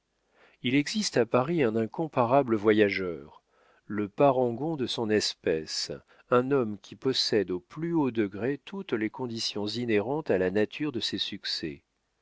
il existe à paris un incomparable voyageur le parangon de son espèce un homme qui possède au plus haut degré toutes les conditions inhérentes à la nature de ses succès